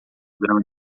grão